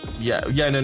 yeah. yeah, and and